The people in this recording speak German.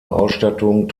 ausstattung